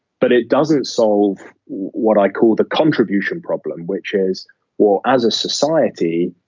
but it doesn't solve what i call the contribution problem, which is well, as a society.